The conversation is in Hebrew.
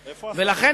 ולכן,